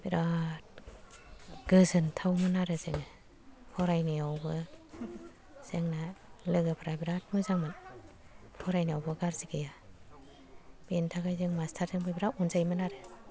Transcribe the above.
बिराथ गोजोनथावमोन आरो जोङो फरायनायावबो जोंना लोगोफ्रा बिराथ मोजांमोन फरायनायावबो गारजि गैया बेनि थाखाय जों मास्टारजोंबो बिराथ अनजायोमोन आरो